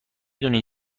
دونین